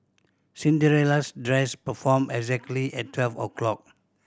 Cinderella's dress transformed exactly at twelve o'clock